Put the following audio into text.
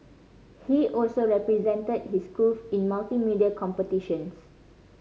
he also represented his schools in multimedia competitions